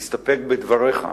להסתפק בדבריך,